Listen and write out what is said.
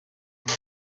hari